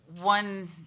one